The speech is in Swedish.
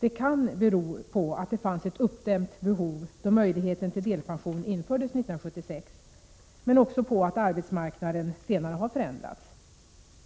Det kan bero på att det fanns ett uppdämt behov då möjligheten till delpension infördes 1976 men också att att arbetsmarknaden senare har förändrats.